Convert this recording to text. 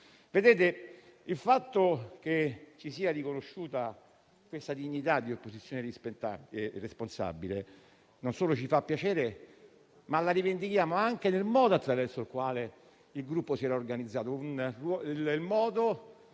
Il fatto che ci sia riconosciuta questa dignità di opposizione responsabile non solo ci fa piacere, ma la rivendichiamo anche nel modo attraverso il quale il Gruppo si era organizzato, un modo